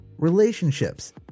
relationships